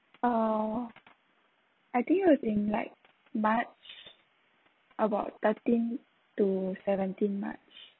uh I think it in like march about thirteen to seventeen march